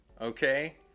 okay